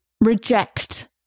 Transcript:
reject